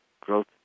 Growth